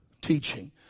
teaching